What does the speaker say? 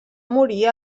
morir